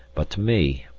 but to me,